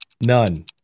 None